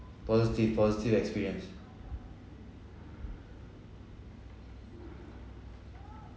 positive positive experience